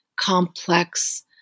complex